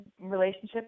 relationship